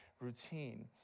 routine